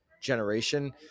generation